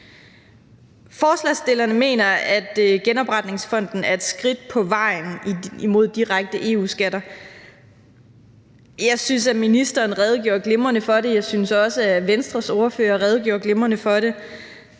Forslagsstillerne mener, at genopretningsfonden er et skridt på vejen imod direkte EU-skatter. Jeg synes, at ministeren redegjorde glimrende for det, og jeg synes også, at Venstres ordfører redegjorde glimrende for det: